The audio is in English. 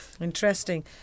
Interesting